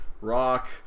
rock